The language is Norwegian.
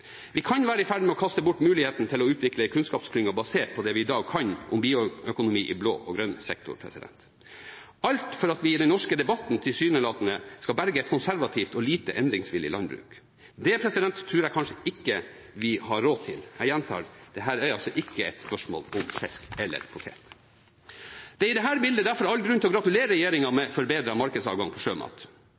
Vi kan være i ferd med å kaste bort muligheten til å utvikle en kunnskapsklynge basert på det vi i dag kan om bioøkonomi i blå og grønn sektor, alt for at vi i den norske debatten tilsynelatende skal berge et konservativt og lite endringsvillig landbruk. Det tror jeg vi kanskje ikke har råd til. Jeg gjentar: Dette er ikke et spørsmål om fisk eller potet. Det er i dette bildet derfor all grunn til å gratulere regjeringen med forbedret markedsadgang for sjømat.